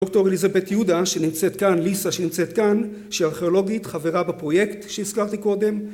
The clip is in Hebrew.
‫דוקטור אליזבת יהודה שנמצאת כאן, ‫ליסה שנמצאת כאן, ‫שהיא ארכיאולוגית, חברה בפרויקט ‫שהזכרתי קודם.